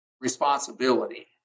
responsibility